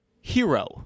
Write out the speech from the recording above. Hero